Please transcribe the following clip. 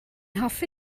hoffi